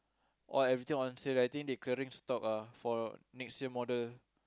!wah! everything on sale I think they clearing stock ah for next year model